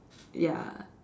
ya